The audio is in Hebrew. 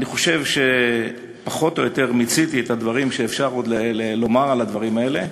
אני חושב שפחות או יותר מיציתי את הדברים שאפשר לומר על הדברים האלה.